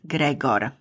Gregor